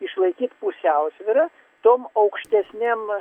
išlaikyt pusiausvyrą tom aukštesnėm